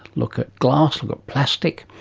look at glass, look at plastic.